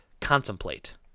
contemplate